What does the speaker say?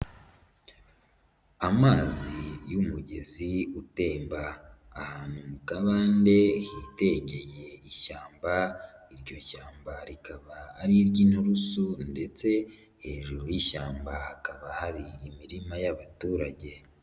Amazi y'umugezi utemba ahantu mu kabande hitetegeye ishyamba, iryo shyamba rikaba ari iry'inturusu ndetse hejuru y'ishyamba hakaba hari imirima y'abaturage.